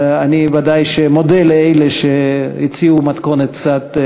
ואני ודאי מודה לאלה שהציעו מתכונת קצת שונה.